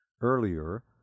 earlier